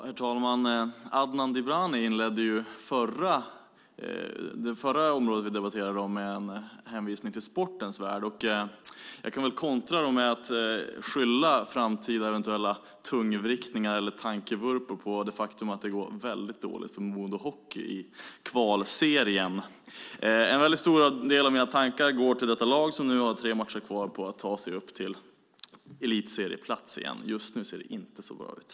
Herr talman! Adnan Dibrani inledde det förra området vi debatterade med en hänvisning till sportens värld. Jag kan väl kontra med att skylla eventuella kommande tungvrickningar eller tankevurpor på att det går väldigt dåligt för Modo Hockey i kvalserien. En stor del av mina tankar går till detta lag som nu har tre matcher på sig att ta sig upp på elitserieplats igen. Just nu ser det inte så bra ut.